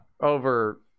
over